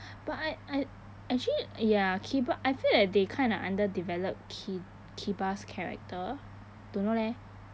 but I I actually ya kiba I feel that they kinda underdeveloped ki~ kiba's character don't know leh